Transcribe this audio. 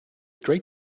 great